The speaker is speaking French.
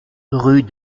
rue